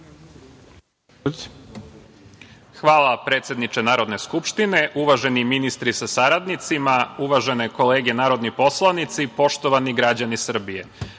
Hvala, predsedniče Narodne skupštine. Uvaženi ministri sa saradnicima, uvažene kolege narodni poslanici, poštovani građani Srbije,